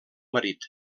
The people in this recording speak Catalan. marit